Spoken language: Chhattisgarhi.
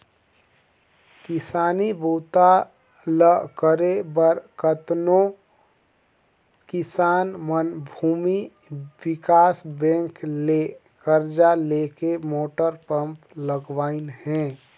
किसानी बूता ल करे बर कतनो किसान मन भूमि विकास बैंक ले करजा लेके मोटर पंप लगवाइन हें